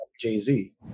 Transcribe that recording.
Jay-Z